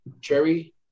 Jerry